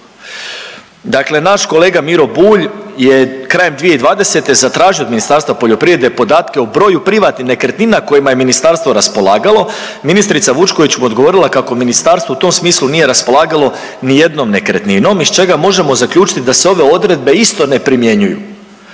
Dakle naš kolega Miro Bulj je krajem 2020. zatražio od Ministarstva poljoprivrede podatke o broju privatnih nekretnina kojima je ministarstvo raspolagalo, ministrica Vučković mu je odgovorila kako ministarstvo u tom smislu nije raspolagalo nijednom nekretninom, iz čega možemo zaključiti da se ove odredbe isto ne primjenjuju.